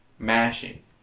Mashing